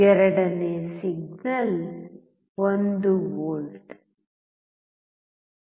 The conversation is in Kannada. ಎರಡನೇ ಸಿಗ್ನಲ್ 1 V